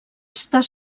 estar